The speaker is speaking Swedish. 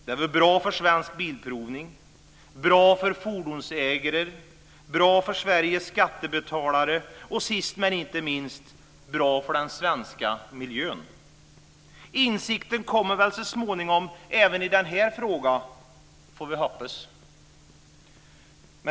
Det vore bra för Svensk Bilprovning, bra för fordonsägarna, bra för Sveriges skattebetalare och, sist men inte minst, bra för den svenska miljön. Insikten kommer väl så småningom även i den här frågan, får vi hoppas.